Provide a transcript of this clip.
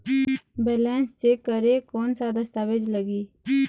Balance check करें कोन सा दस्तावेज लगी?